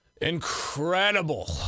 incredible